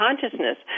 consciousness